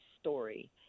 story